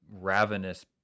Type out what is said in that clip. ravenous